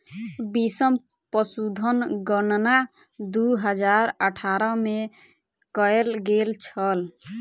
बीसम पशुधन गणना दू हजार अठारह में कएल गेल छल